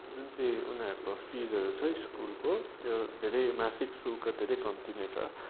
जुन चाहिँ उनीहरूको फिसहरू छ स्कुलको त्यो धेरै मासिक शुल्क धेरै कम्ती नै छ